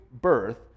birth